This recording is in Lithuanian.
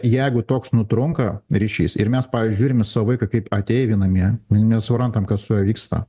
jeigu toks nutrunka ryšys ir mes pažiūrim į savo vaiką kaip ateivį namie nesuprantam kad su juo vyksta